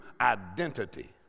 identity